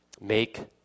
Make